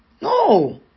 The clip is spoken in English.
No